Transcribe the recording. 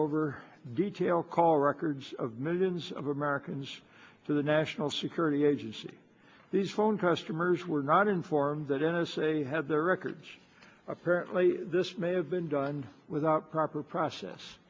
over detail call records of millions of americans to the national security agency these phone customers were not informed that n s a had their records apparently this may have been done without proper process